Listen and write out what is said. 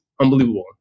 unbelievable